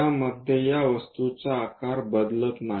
त्यामध्ये या वस्तूचा आकार बदलत नाही